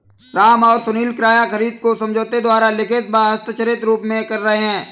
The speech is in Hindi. राम और सुनील किराया खरीद को समझौते द्वारा लिखित व हस्ताक्षरित रूप में कर रहे हैं